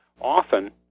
often